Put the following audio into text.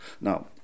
now